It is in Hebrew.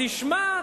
תשמע,